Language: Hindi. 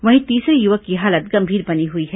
वहीं तीसरे युवक की हालत गंभीर बनी हुई है